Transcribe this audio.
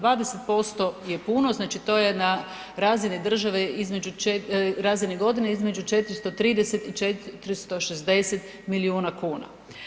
20% je puno, znači to je na razini države između, razini godine, između 430 i 460 milijuna kuna.